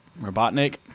Robotnik